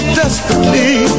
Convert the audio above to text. desperately